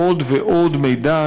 עוד ועוד מידע,